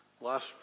Last